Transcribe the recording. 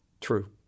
true